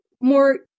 more